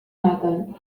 maten